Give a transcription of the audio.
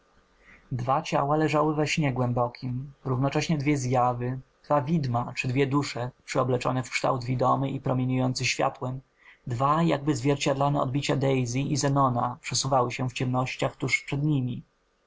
dwa ciała leżały w śnie głębokim równocześnie dwie zjawy dwa widma czy dwie dusze przyobleczone w kształt widomy i płomieniejący światłem dwa jakby zwierciadlane odbicia daisy i zenona przesuwały się w ciemnościach tuż przed nimi